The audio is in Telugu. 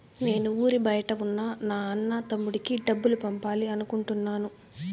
నేను ఊరి బయట ఉన్న నా అన్న, తమ్ముడికి డబ్బులు పంపాలి అనుకుంటున్నాను